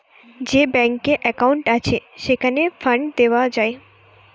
যে ব্যাংকে একউন্ট আছে, সেইখানে ফান্ড দেওয়া যায়